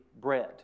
bread